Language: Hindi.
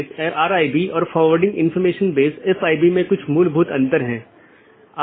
दूसरा अच्छी तरह से ज्ञात विवेकाधीन एट्रिब्यूट है यह विशेषता सभी BGP कार्यान्वयन द्वारा मान्यता प्राप्त होनी चाहिए